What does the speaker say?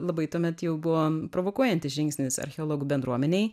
labai tuomet jau buvo provokuojantis žingsnis archeologų bendruomenėj